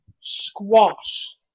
Squash